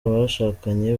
abashakanye